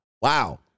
Wow